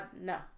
No